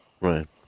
Right